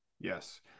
yes